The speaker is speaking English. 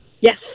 Yes